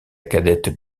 cadette